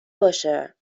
باشه